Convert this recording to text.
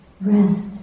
rest